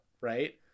right